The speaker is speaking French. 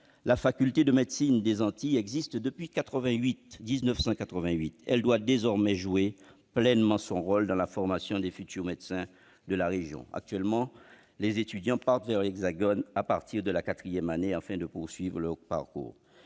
La faculté de médecine des Antilles existe depuis 1988. Elle doit désormais jouer pleinement son rôle dans la formation des futurs médecins de la région. Actuellement, nos étudiants partent vers l'Hexagone à partir de la quatrième année afin de poursuivre leur parcours.